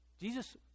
Jesus